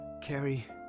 Carrie